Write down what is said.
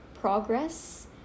progress